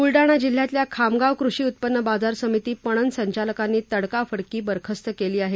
बुलडाणा जिल्ह्यातील खामगाव कृषी उत्पन्न बाजार समिती पणन संचालकांनी तडकाफडकी बरखास्त केली आहे